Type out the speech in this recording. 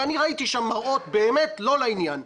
ואני ראיתי שם מראות באמת לא לעניין,